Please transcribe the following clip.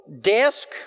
desk